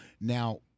Now